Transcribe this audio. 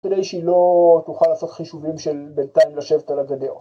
‫כדי שהיא לא תוכל לעשות חישובים ‫של בינתיים לשבת על הגדר.